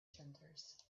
genders